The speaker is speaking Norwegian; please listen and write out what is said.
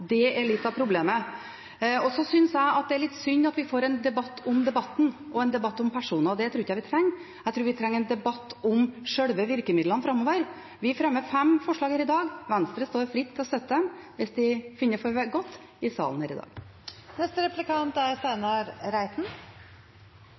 Det er litt av problemet. Jeg synes det er litt synd at vi får en debatt om debatten og en debatt om personer. Det tror jeg ikke vi trenger. Jeg tror vi trenger en debatt om selve virkemidlene framover. Vi fremmer fem forslag her i dag. Venstre står fritt til å støtte dem hvis de finner det for godt.